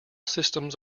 systems